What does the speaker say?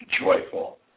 joyful